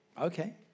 Okay